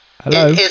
Hello